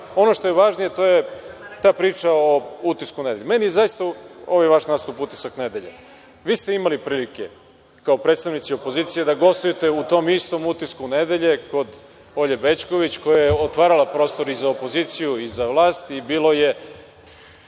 što je važnije, to je ta priča o utisku nedelje. Meni je zaista ovaj vaš nastup utisak nedelje. Vi ste imali prilike, kao predstavnici opozicije, da gostujete u tom istom „Utisku nedelje“ kod Olje Bećković, koja je otvarala prostor i za opoziciji i za vlast i bilo je